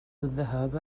الذهاب